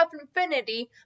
Infinity